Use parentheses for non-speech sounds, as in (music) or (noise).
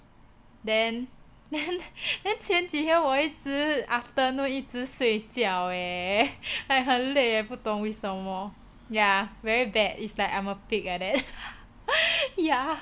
then then then 前几天我一直 afternoon 一直睡觉 eh like 很累 eh 不懂为什么 ya very bad it's like I'm a pig like that (laughs) ya